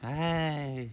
!hais!